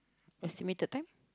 estimate the time